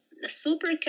super